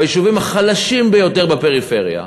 ביישובים החלשים ביותר בפריפריה,